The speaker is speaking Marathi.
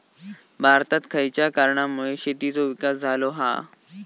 भारतात खयच्या कारणांमुळे शेतीचो विकास झालो हा?